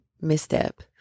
misstep